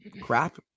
crap